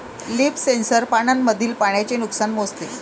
leaf sensor पानांमधील पाण्याचे नुकसान मोजते